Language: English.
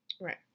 right